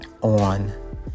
on